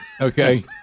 Okay